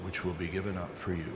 which will be given up for you